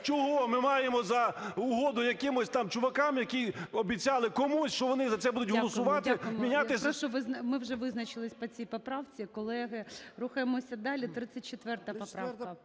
Чого ми маємо за угоду якимось там чувакам, які обіцяли комусь, що вони за це будуть голосувати… ГОЛОВУЮЧИЙ. Дякуємо, дякуємо. Прошу, ми вже визначилися по цій поправці, колеги. Рухаємося далі. 34 поправка.